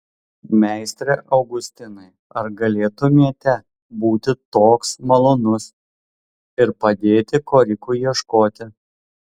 meistre augustinai ar galėtumėte būti toks malonus ir padėti korikui ieškoti